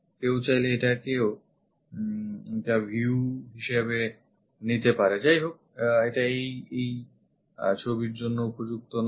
কেউ চাইলে এটাকেও একটা view হিসেবে নিতে পারে যাইহোক এটা এইছবির জন্য উপযুক্ত নয়